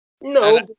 No